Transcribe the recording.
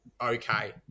okay